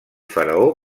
faraó